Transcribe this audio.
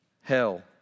hell